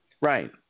Right